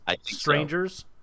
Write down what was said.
strangers